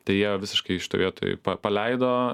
tai jie visiškai šitoj vietoj paleido